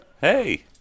Hey